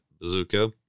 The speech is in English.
bazooka